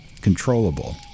controllable